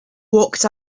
walked